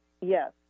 Yes